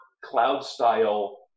cloud-style